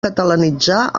catalanitzar